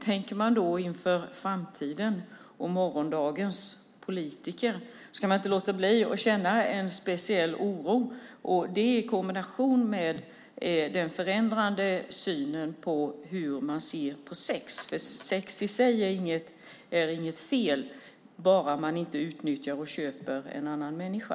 Tänker man då på framtiden och morgondagens politiker kan man inte låta bli att känna en speciell oro för detta i kombination med den förändrade synen på sex. Sex i sig är inget fel bara man inte utnyttjar och köper en annan människa.